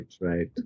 right